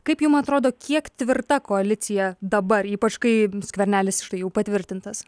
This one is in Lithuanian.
kaip jum atrodo kiek tvirta koalicija dabar ypač kai skvernelis štai jau patvirtintas